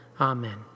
Amen